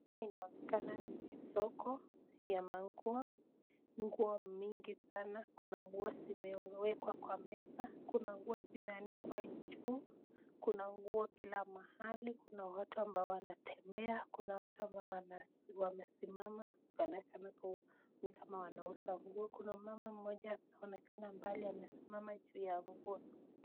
Hapa inaonekana ni soko ya manguo. Nguo mingi sana, kuna nguo zimewekwa kwa meza, kuna nguo zimeanikwa juu, kuna nguo kila mahali. Kuna watu ambao wanatembea, kuna watu ambao wamesimama kama kana kuwa wanauza nguo. Kuna mama mmoja anaonekana mbali amesimama juu ya nguo.